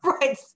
right